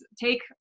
take